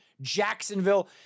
Jacksonville